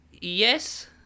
Yes